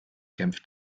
kämpft